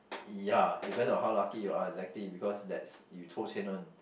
ya depends on how lucky you are exactly because that's you 抽检 one